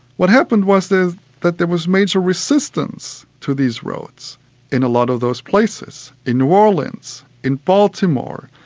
what happened was there but there was major resistance to these roads in a lot of those places, in new orleans, in baltimore,